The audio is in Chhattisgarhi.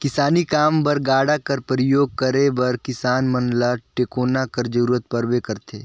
किसानी काम बर गाड़ा कर परियोग करे बर किसान मन ल टेकोना कर जरूरत परबे करथे